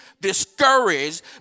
discouraged